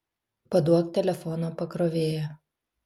paduok telefono pakrovėją